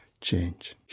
change